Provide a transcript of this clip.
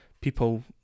people